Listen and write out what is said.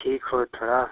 ठीक हो थोड़ा